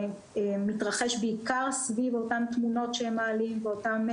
שמתרחש בעיקר סביב אותן תמונות שהם מעלים ואותם,